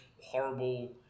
horrible